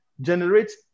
generates